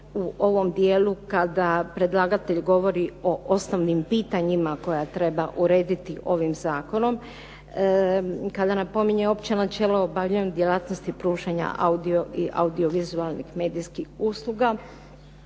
u ovom dijelu kada predlagatelj govori o osnovnim pitanjima koje treba urediti ovim zakonom kada napominje opće načelo obavljanja djelatnosti pružanja audio i audiovizualnih medijskih usluga